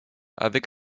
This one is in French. avec